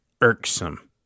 irksome